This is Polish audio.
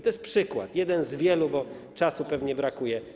To jest przykład, jeden z wielu, bo czasu pewnie brakuje.